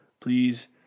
Please